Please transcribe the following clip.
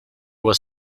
was